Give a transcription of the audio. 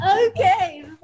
Okay